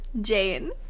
Jane